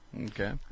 Okay